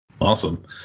Awesome